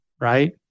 right